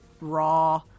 raw